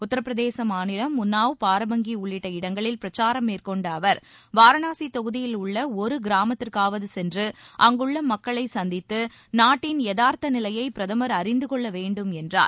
உத்தரப்பிரதேச மாநிலம் உன்னாவ் பாரபங்கி உள்ளிட்ட இடங்களில் பிரச்சாரம் மேற்கொண்ட அவர் வாரணாசி தொகுதியில் உள்ள ஒரு கிராமத்திற்காவது சென்று அங்குள்ள மக்களை சந்தித்து நாட்டின் யதார்த்த நிலையை பிரதமர் அறிந்து கொள்ள வேண்டும் என்றார்